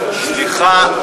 סליחה,